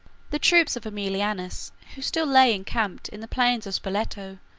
the troops of aemilianus, who still lay encamped in the plains of spoleto,